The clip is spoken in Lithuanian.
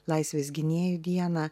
laisvės gynėjų dieną